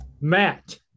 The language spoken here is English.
Matt